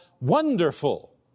wonderful